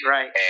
Right